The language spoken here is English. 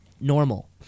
normal